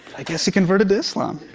i guess he converted to islam.